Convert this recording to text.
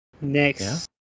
Next